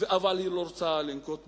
אבל היא לא רוצה לנקוט צעדים.